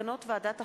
מסקנות ועדת החינוך,